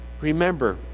Remember